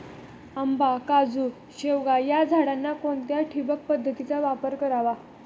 आंबा, काजू, शेवगा या झाडांना कोणत्या ठिबक पद्धतीचा वापर करावा?